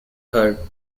heard